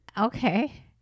Okay